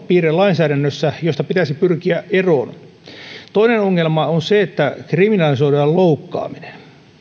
piirre josta pitäisi pyrkiä eroon toinen ongelma on se että kriminalisoidaan loukkaaminen